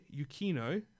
Yukino